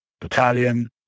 battalion